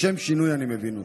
לשם שינוי, אני מבין אותה.